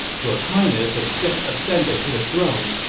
your highness has just ascended to the throne.